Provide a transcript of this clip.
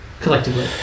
Collectively